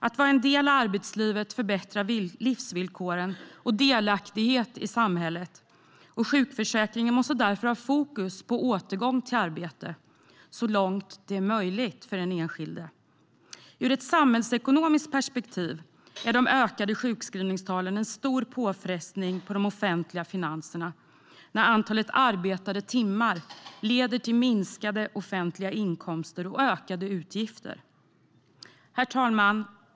Att vara en del av arbetslivet förbättrar livsvillkor och delaktighet i samhället. Sjukförsäkringen måste därför ha fokus på återgång till arbete, så långt det är möjligt för den enskilde. Ur ett samhällsekonomiskt perspektiv är de ökade sjukskrivningstalen en stor påfrestning på de offentliga finanserna, eftersom antalet arbetade timmar leder till minskade offentliga inkomster och ökade utgifter. Herr talman!